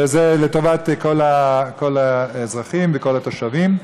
וזה לטובת כל האזרחים וכל התושבים.